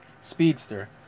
speedster